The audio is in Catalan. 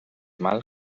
mal